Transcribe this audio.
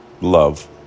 love